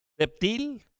reptil